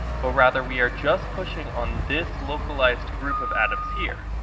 but rather we are just pushing on this localized group of atoms here.